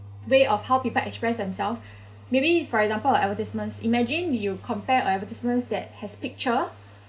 way of how people express themselves maybe for example a advertisements imagine you compare a advertisements that has picture